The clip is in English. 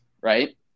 Right